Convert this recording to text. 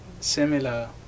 similar